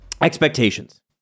expectations